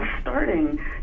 starting